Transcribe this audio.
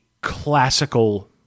classical